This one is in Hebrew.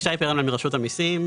אני מרשות המיסים.